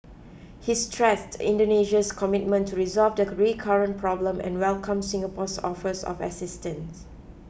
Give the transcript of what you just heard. he stressed Indonesia's commitment to resolve the recurrent problem and welcome Singapore's offers of assistance